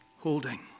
Holding